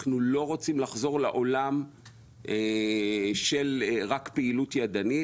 אנחנו לא רוצים לחזור לעולם של פעילות ידנית בלבד.